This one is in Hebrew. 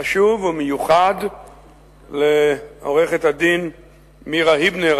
חשוב ומיוחד לעורכת-הדין מירה היבנר,